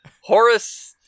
Horus